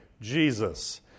Jesus